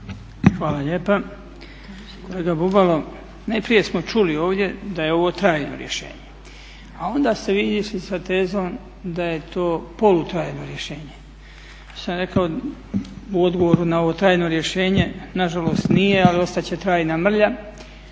Bubalo najprije smo čuli ovdje da je ovo trajno rješenje, a onda ste vi išli sa tezom da je to polu-trajno rješenje. Ja sam rekao u odgovoru na ovo trajno rješenje nažalost nije ali ostat će trajna mrlja,